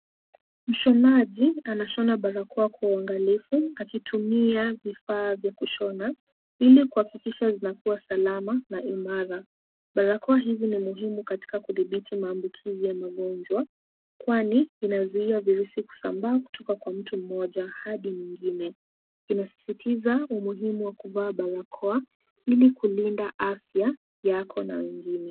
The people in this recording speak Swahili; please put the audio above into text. Mshonaji anashona barakoa kwa uangalifu akitumia vifaa vya kushona ili kuhakikisha zinakuwa salama na imara. Barakoa hizi ni muhimu katika kudhibiti maambukizi ya magonjwa kwani inazuia virusi kusambaa kutoka kwa mtu mmoja hadi mwingine. Inasisitiza umuhimu wa kuvaa barakoa ili kulinda afya yako na wengine.